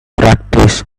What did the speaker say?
practice